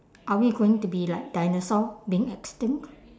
are we going to be like dinosaur being extinct